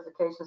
certifications